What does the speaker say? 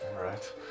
Right